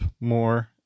more